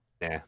Nah